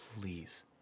Please